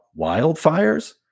wildfires